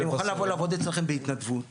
אני מוכן לבוא לעבוד אצלכם בהתנדבות